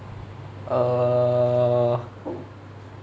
uh